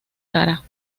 cara